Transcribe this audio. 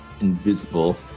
invisible